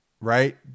right